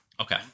Okay